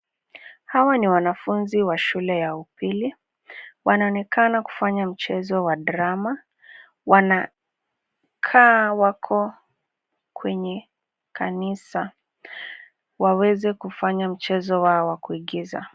Hawa ni wanfunzi wa shule ya upili, wanaonekana kufanya mchezo wa drama .Wanakaa wako kwenye kanisa, waweze kufanya mchezo wao wa kuigiza.